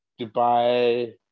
Dubai